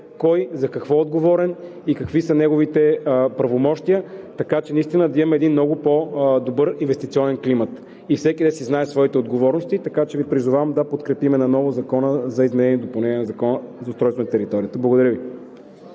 кой за какво е отговорен и какви са неговите правомощия, така че наистина да имаме един много по-добър инвестиционен климат и всеки да си знае своите отговорности. Призовавам Ви да подкрепим наново Закона за изменение и допълнение на Закона за устройство на територията. Благодаря Ви.